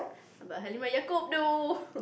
but Halimah-Yacob though